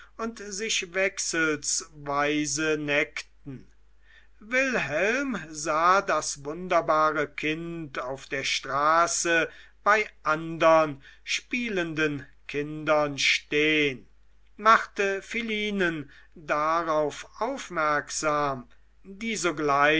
sich wechselseitig neckten wilhelm sah das wunderbare kind auf der straße bei andern spielenden kindern stehen machte philinen darauf aufmerksam die